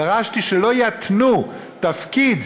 דרשתי שלא יתנו תפקיד